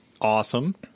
awesome